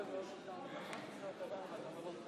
להצבעה הבאה,